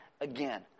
again